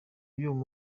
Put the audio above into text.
y’uyu